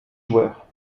joueurs